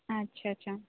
ଆଚ୍ଛା ଆଚ୍ଛା